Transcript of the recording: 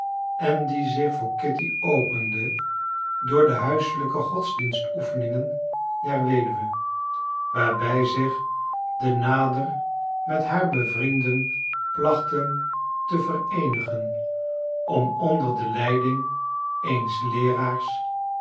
en die zich voor kitty opende door de huiselijke godsdienstoefeningen der weduwe waarbij zich de nader met haar bevrienden plachten te vereenigen om onder de leiding eens leeraars